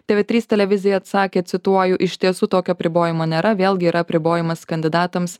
tė vė trys televizijai atsakė cituoju iš tiesų tokio apribojimo nėra vėlgi yra apribojimas kandidatams